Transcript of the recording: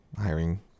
hiring